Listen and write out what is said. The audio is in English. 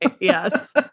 Yes